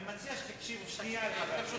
אני מציע שתקשיב שנייה לחבר הכנסת טיבי.